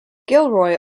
gilroy